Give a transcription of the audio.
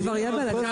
זה כבר יהיה בלגן.